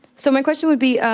so my question would be,